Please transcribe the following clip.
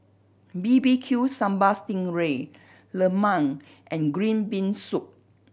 B B Q Sambal sting ray lemang and green bean soup